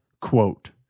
quote